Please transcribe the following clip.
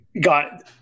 got